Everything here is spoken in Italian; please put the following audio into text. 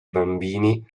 bambini